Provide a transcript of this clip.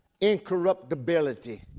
incorruptibility